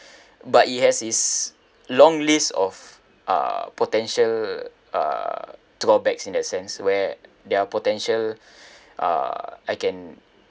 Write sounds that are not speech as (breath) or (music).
(breath) but it has its long list of uh potential uh drawbacks in that sense where there're potential (breath) uh I can